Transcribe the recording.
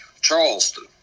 charleston